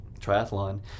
triathlon